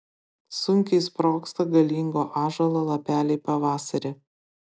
sunkiai sprogsta galingo ąžuolo lapeliai pavasarį